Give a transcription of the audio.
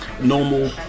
Normal